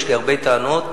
יש לי הרבה טענות.